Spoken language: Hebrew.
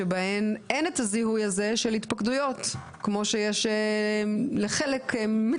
שבהן אין את הזיהוי הזה של התפקדויות כמו שיש לחלק מצומצם.